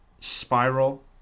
Spiral